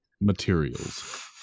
materials